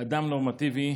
לאדם נורמטיבי